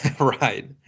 right